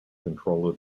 control